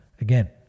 again